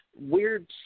weird